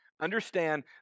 Understand